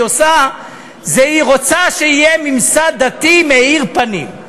עושה היא רוצה שיהיה ממסד דתי מאיר פנים.